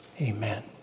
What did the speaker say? Amen